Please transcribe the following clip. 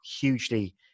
hugely